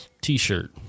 T-shirt